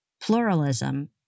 pluralism